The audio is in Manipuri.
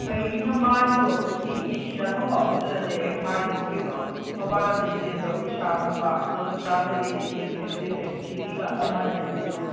ꯀꯔꯤ ꯊꯝꯕꯥꯜꯗꯣ ꯁꯤꯒꯤꯁꯤꯗ ꯐꯪꯕ ꯑꯝꯇ ꯅꯠꯇꯦꯕ ꯑꯩꯅ ꯊꯥꯔꯤꯃꯈꯩꯗꯣ ꯃꯄꯥꯟ ꯂꯝꯗꯩ ꯆꯦꯟꯕ ꯎꯔꯤꯁꯥꯒꯨꯝꯕ ꯀꯣꯜꯀꯇꯥꯗꯒꯤ ꯑꯗꯩ ꯆꯦꯟꯕꯅꯦꯕ ꯑꯗꯨꯏꯅꯦ ꯁꯤꯒꯤꯒ ꯑꯝꯐꯧ ꯃꯥꯅꯗ꯭ꯔꯤꯗꯣ